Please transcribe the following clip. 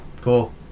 Cool